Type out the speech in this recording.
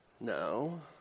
No